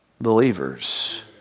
Believers